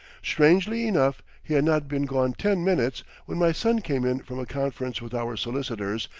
strangely enough, he had not been gone ten minutes when my son came in from a conference with our solicitors,